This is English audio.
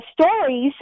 stories